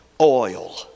oil